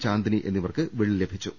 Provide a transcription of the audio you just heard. ചാന്ദ്നി എന്നിവർക്ക് വെള്ളി ലഭിച്ചു